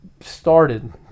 started